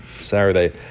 Saturday